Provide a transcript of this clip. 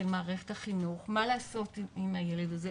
של מערכת החינוך על מה לעשות עם הילד הזה.